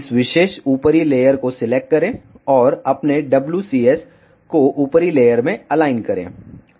इस विशेष ऊपरी लेयर को सिलेक्ट करें और अपने WCS को ऊपरी लेयर में अलाइन करें